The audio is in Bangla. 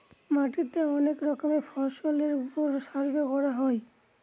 মাটিতে অনেক রকমের ফসলের ওপর সার্ভে করা হয়